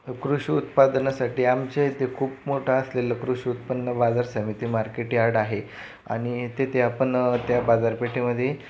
कृषि उत्पादनासाठी आमच्या येथे खूप मोठं असलेलं कृषि उत्पन्न बाजार समिति मार्केट यार्ड आहे आणि तेथे आपण त्या बाजारपेठेमध्ये